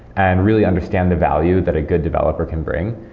and really understand the value that a good developer can bring.